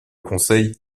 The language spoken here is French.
conseil